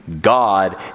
God